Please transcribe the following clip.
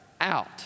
out